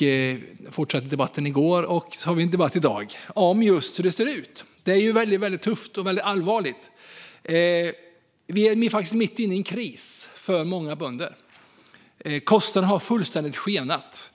vi fortsatte debatten i går och nu har vi en debatt i dag just om hur det ser ut. Det är väldigt tufft och väldigt allvarligt. Vi är faktiskt mitt inne i en kris för många bönder. Kostnaderna har fullständigt skenat.